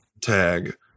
tag